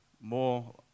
more